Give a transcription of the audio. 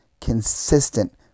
consistent